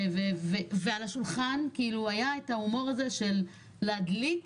ועל השולחן היה את ההומור הזה של להדליק,